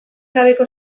gabeko